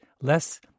less